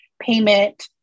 payment